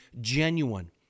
genuine